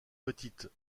petites